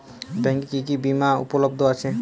ব্যাংকে কি কি বিমা উপলব্ধ আছে?